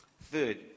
Third